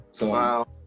Wow